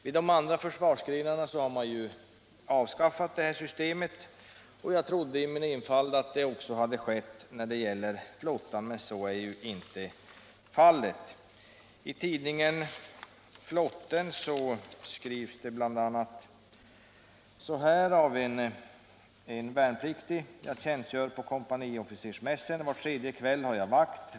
Vid de andra försvarsgrenarna har man avskaffat det här systemet, och jag trodde i min enfald att det också hade skett vid flottan, men så är ju inte fallet. I tidningen Flotten berättar en värnpliktig: ”Jag tjänstgör på kompaniofficersmässen. Var tredje kväll har jag vakt.